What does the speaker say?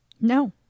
No